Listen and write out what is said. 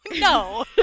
No